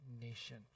nation